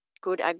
good